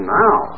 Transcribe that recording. now